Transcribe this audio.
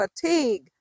fatigue